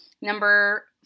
Number